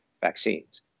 vaccines